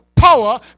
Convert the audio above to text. Power